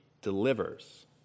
delivers